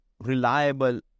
reliable